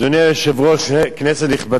אדוני היושב-ראש, כנסת נכבדה,